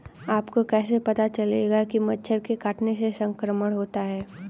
आपको कैसे पता चलेगा कि मच्छर के काटने से संक्रमण होता है?